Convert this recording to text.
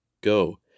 Go